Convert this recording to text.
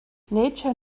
nature